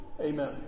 Amen